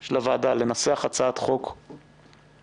של הוועדה לנסח הצעת חוק אחת